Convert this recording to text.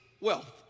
wealth